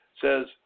says